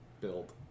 build